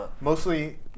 mostly